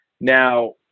Now